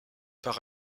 par